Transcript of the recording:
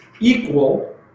equal